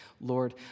Lord